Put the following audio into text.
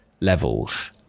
levels